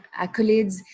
accolades